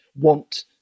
want